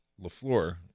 Lafleur